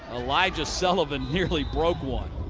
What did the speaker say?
elijah sullivan nearly broke one.